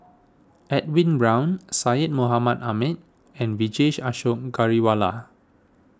Edwin Brown Syed Mohamed Ahmed and Vijesh Ashok Ghariwala